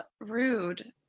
rude